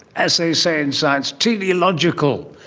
as they say in science, teleological.